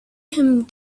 him